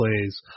plays